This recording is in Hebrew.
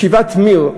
ישיבת מיר,